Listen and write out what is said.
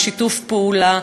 בשיתוף פעולה,